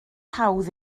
hawdd